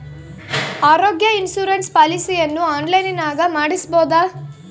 ಆರೋಗ್ಯ ಇನ್ಸುರೆನ್ಸ್ ಪಾಲಿಸಿಯನ್ನು ಆನ್ಲೈನಿನಾಗ ಮಾಡಿಸ್ಬೋದ?